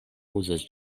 uzas